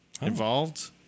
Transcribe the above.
involved